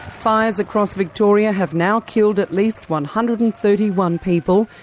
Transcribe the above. fires across victoria have now killed at least one hundred and thirty one people,